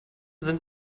sind